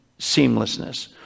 seamlessness